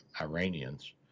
Iranians